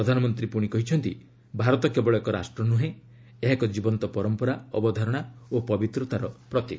ପ୍ରଧାନମନ୍ତ୍ରୀ କହିଛନ୍ତି ଭାରତ କେବଳ ଏକ ରାଷ୍ଟ୍ର ନୁହେଁ ଏହା ଏକ ଜୀବନ୍ତ ପରମ୍ପରା ଅବଧାରଣା ଓ ପବିତ୍ରତାର ପ୍ରତୀକ